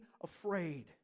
afraid